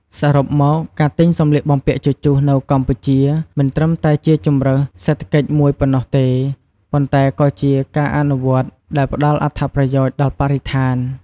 សរុបមក ការទិញសម្លៀកបំពាក់ជជុះនៅកម្ពុជា មិនត្រឹមតែជាជម្រើសសេដ្ឋកិច្ចមួយប៉ុណ្ណោះទេ ប៉ុន្តែក៏ជាការអនុវត្តន៍ដែលផ្ដល់អត្ថប្រយោជន៍ដល់បរិស្ថាន។